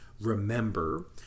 remember